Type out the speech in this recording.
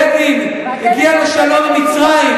בגין הגיע לשלום עם מצרים.